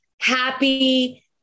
happy